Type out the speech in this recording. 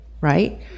right